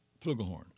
flugelhorn